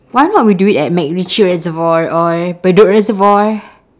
why not we do it at macritchie reservoir or bedok reservoir